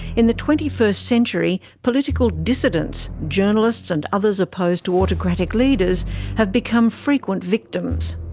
in the twenty first century political dissidents, journalists and others opposed to autocratic leaders have become frequent victims.